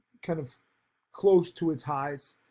kind of close to its highs.